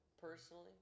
personally